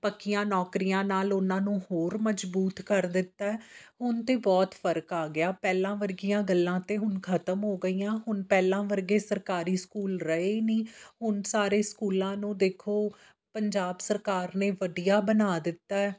ਪੱਕੀਆਂ ਨੌਕਰੀਆਂ ਨਾਲ ਉਹਨਾਂ ਨੂੰ ਹੋਰ ਮਜ਼ਬੂਤ ਕਰ ਦਿੱਤਾ ਹੁਣ ਤਾਂ ਬਹੁਤ ਫਰਕ ਆ ਗਿਆ ਪਹਿਲਾਂ ਵਰਗੀਆਂ ਗੱਲਾਂ ਤਾਂ ਹੁਣ ਖਤਮ ਹੋ ਗਈਆਂ ਹੁਣ ਪਹਿਲਾਂ ਵਰਗੇ ਸਰਕਾਰੀ ਸਕੂਲ ਰਹੇ ਹੀ ਨਹੀਂ ਹੁਣ ਸਾਰੇ ਸਕੂਲਾਂ ਨੂੰ ਦੇਖੋ ਪੰਜਾਬ ਸਰਕਾਰ ਨੇ ਵਧੀਆ ਬਣਾ ਦਿੱਤਾ